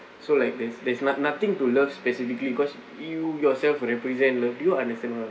so like there's there's not nothing to love specifically cause you yourself are represent love do you understand what I'm trying to say